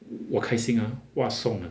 我开心 ah !wah! song ah